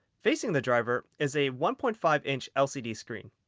facing the driver is a one point five inch lcd screen.